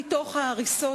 מתוך ההריסות,